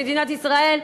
במדינת ישראל,